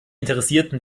interessierten